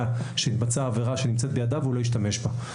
שהתבצעה עבירה שנמצאת בידיו והוא לא ישתמש בה.